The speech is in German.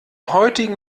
heutigen